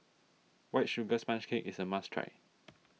White Sugar Sponge Cake is a must try